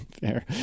Fair